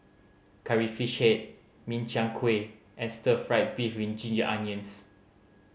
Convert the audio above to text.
Curry Fish Head Min Chiang Kueh and stir fried beef with ginger onions